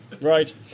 Right